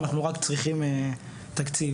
אנחנו רק צריכים תקציב.